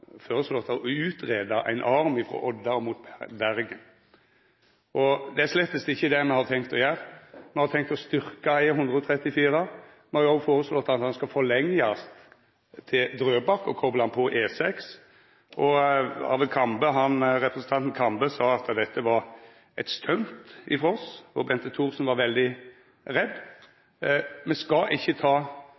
føreslått å utgreia ein arm frå Odda mot Bergen. Det er slett ikkje det me har tenkt å gjera; me har tenkt å styrkja E134. Me har òg føreslått at vegen skal forlengjast til Drøbak og koplast på E6. Representanten Kambe sa at dette var eit «stunt» frå oss, og representanten Thorsen var veldig redd. Me skal ikkje ta